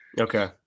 Okay